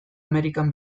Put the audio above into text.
amerikan